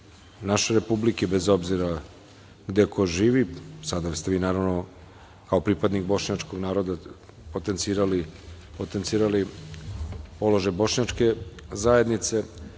naše Republike bez obzira gde ko živi. Sada vi kao pripadnik bošnjačkog naroda potencirali položaj bošnjačke zajednice,